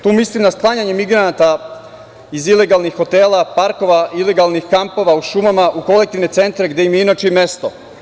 Tu mislim na sklanjanje migranata iz ilegalnih hotela, parkova, ilegalnih kampova u šumama u kolektivne cente, gde im je inače i mesto.